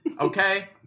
Okay